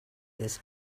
this